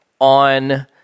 on